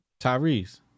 Tyrese